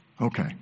Okay